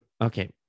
Okay